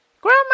Grandma